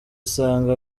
usanga